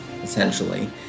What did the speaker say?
essentially